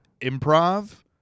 Improv